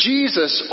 Jesus